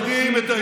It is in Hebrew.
יודעים את הארגון,